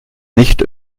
nicht